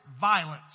violence